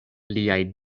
liaj